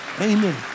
Amen